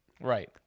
right